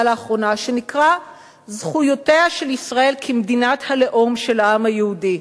לאחרונה שנקרא "זכויותיה של ישראל כמדינת הלאום של העם היהודי",